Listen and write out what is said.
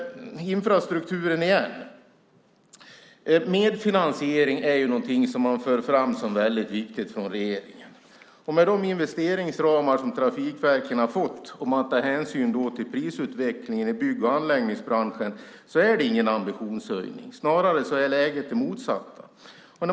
Infrastrukturen igen: Medfinansiering är något som regeringen för fram som väldigt viktigt. Men med de investeringsramar som trafikverken har fått, om man tar hänsyn till prisutvecklingen i bygg och anläggningsbranschen, är det ingen ambitionshöjning. Snarare är läget det motsatta.